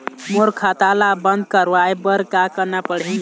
मोर खाता ला बंद करवाए बर का करना पड़ही?